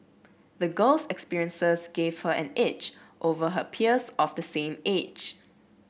the girl's experiences gave her an edge over her peers of the same age